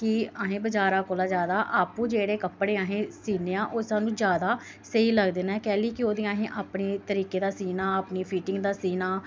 कि अस बज़ारा कोला जैदा आपूं जेह्ड़े कपड़े असें सीने आं ओह् सानूं जैदा स्हेई लगदे नै कैह्ली कि ओह्दियां असें अपने तरीके दा सीना अपनी फिटिंग दा सीना